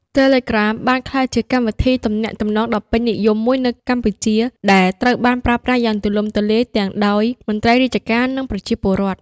Telegram បានក្លាយជាកម្មវិធីទំនាក់ទំនងដ៏ពេញនិយមមួយនៅកម្ពុជា ដែលត្រូវបានប្រើប្រាស់យ៉ាងទូលំទូលាយទាំងដោយមន្ត្រីរាជការ និងប្រជាពលរដ្ឋ។